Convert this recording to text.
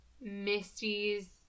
Misty's